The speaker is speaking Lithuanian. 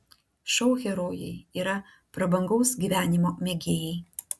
šou herojai yra prabangaus gyvenimo mėgėjai